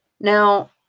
Now